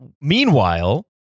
meanwhile